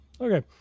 Okay